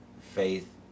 faith